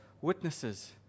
witnesses